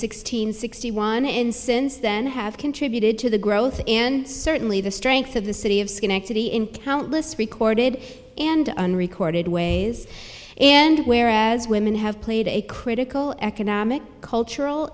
sixteen sixty one and since then have contributed to the growth and certainly the strength of the city of schenectady in countless recorded and unrecorded ways and where as women have played a critical economic cultural